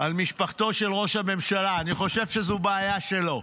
על משפחתו של ראש הממשלה, אני חושב שזו בעיה שלו.